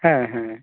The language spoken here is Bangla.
হ্যাঁ হ্যাঁ